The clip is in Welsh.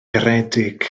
garedig